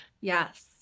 Yes